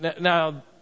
Now